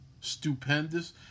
stupendous